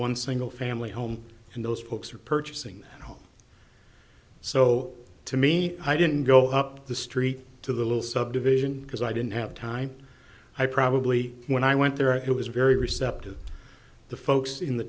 one single family home and those folks are purchasing a home so to me i didn't go up the street to the little subdivision because i didn't have time i probably when i went there it was very receptive the folks in the